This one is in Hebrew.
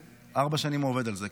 ארבע שנים הוא עובד על זה.